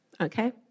Okay